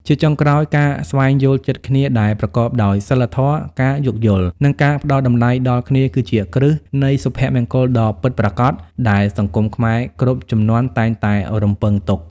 ជាចុងក្រោយ ការស្វែងយល់ចិត្តគ្នាដែលប្រកបដោយសីលធម៌ ការយោគយល់ និងការផ្ដល់តម្លៃដល់គ្នា គឺជាគ្រឹះនៃសុភមង្គលដ៏ពិតប្រាកដដែលសង្គមខ្មែរគ្រប់ជំនាន់តែងតែរំពឹងទុក។